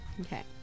Okay